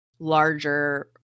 Larger